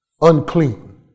unclean